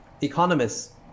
economists